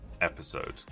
episode